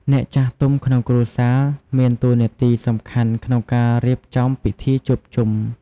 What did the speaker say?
អ្នកចាស់ទុំំក្នុងគ្រួសារ មានតួនាទីសំខាន់ក្នុងការរៀបចំពិធីជួបជុំ។